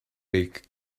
beak